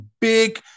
big